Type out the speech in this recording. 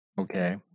Okay